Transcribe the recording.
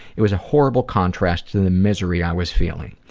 it was a horrible contrast to the misery i was feeling.